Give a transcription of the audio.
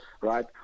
right